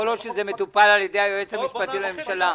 כל עוד שזה מטופל אצל היועץ המשפטי לממשלה?